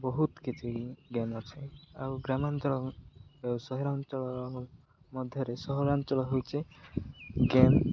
ବହୁତ କିଛି ଗେମ୍ ଅଛି ଆଉ ଗ୍ରାମାଞ୍ଚଳ ସହରାଞ୍ଚଳ ମଧ୍ୟରେ ସହରାଞ୍ଚଳ ହେଉଛି ଗେମ୍